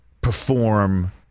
perform